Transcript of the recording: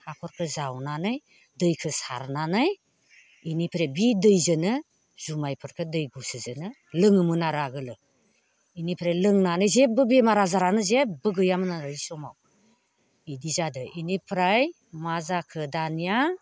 हाखरखौ जावनानै दैखो सारनानै बेनिफ्राय बे दैजोंनो जुमाइफोरखौ दै गुसुजोंनो लोङोमोन आरो आगोलो बेनिफ्राय लोंनानै जेबो बेमार आजारानो जेबो गैयामोन आरो बै समाव बिदि जादों बेनिफ्राय मा जाखो दानिया